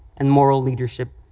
and moral leadership.